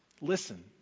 Listen